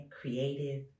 creative